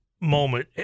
moment